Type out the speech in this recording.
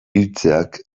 hiltzeak